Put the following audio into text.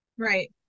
right